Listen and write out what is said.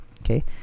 Okay